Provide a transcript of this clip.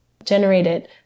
generated